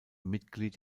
mitglied